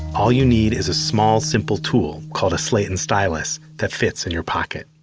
all you need is a small simple tool, called a slate and stylus, that fits in your pocket